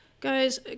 Guys